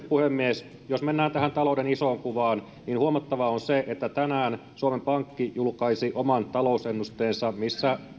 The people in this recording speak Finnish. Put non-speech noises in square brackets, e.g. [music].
[unintelligible] puhemies jos mennään tähän talouden isoon kuvaan niin huomattavaa on se että tänään suomen pankki julkaisi oman talousennusteensa missä